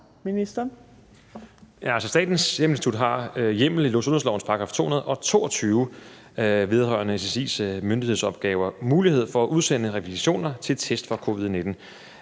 Heunicke): Statens Serum Institut har med hjemmel i sundhedslovens § 222 vedrørende SSI's myndighedsopgaver mulighed for at udsende rekvisitioner til test for covid-19.